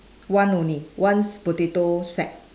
one only one s~ potato sack